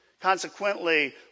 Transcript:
Consequently